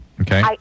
Okay